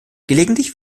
gelegentlich